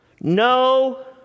no